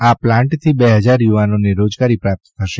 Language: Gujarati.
આ પ્લાન્ટથી બે હજાર યુવાનોને રોજગારી પ્રાપ્ત થશે